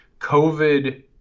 COVID